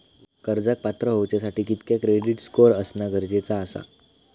कर्जाक पात्र होवच्यासाठी कितक्या क्रेडिट स्कोअर असणा गरजेचा आसा?